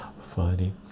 Funny